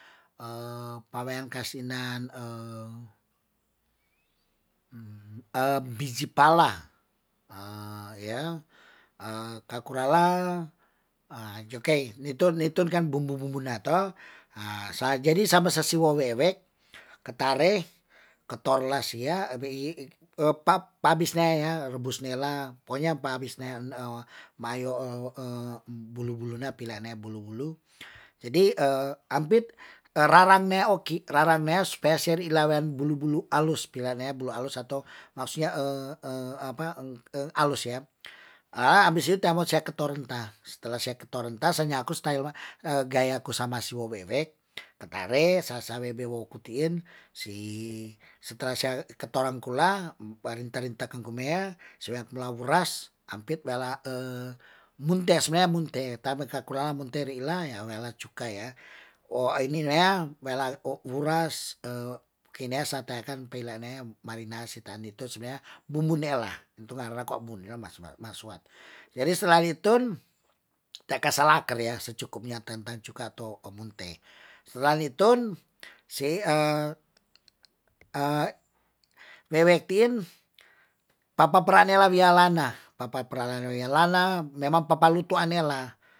Pa wean kasinan, biji pala, akr kula la, ju kei, nitun kan bumbu bumbu na toh, jadi sa be sesiwe wewek, ketare ketor lasia pa bisnea rebus nela, pokoknya pa bis nea ma yok bulu bula na pila ne bulu bulu, jadi ampit rarane oki rara nea supaya ser ilan wean bulu- bulu alus pilanea bulu alus atau maksudnya apa alus ya, abis itu ta mo se ketorinta setelah se ke tekorinta senyaku, stail wa gayaku sama si wo wewek, ketare sa sawe be woku tien si setelah torang kula, ba rinterinte kan kumea, se yan ku lauras, ampit wala munte sebenarnya munte ta be kal kulara ri'ila ya we ala cuka ya, wo aini nea wala o'uras pekinea sa teakan pilanea marinasi tan nitu sebarnya bumbu ne lah, nitun ngara ko bun jadi setelah nitun, te kesalaker ya secekupnya tentan cuka atau munte, setelah nitun si wewek tin papapera nela wiya lana. papaperalan weyalana memang papa lutu ane la